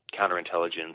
counterintelligence